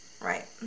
right